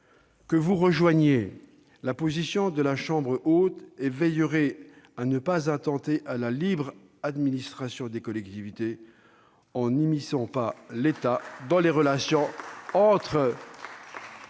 que vous rejoignez la position de la chambre haute, et veillerez à ne pas attenter à la libre administration des collectivités en ne faisant pas s'immiscer l'État dans les relations entre